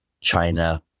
china